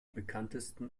bekanntesten